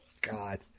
God